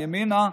ימינה,